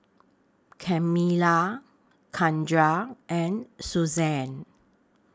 Kamila Keandre and Suzanne